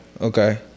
Okay